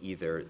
either